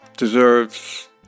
deserves